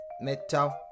Metal